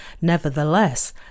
Nevertheless